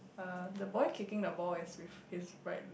uh the boy kicking the ball is with his right leg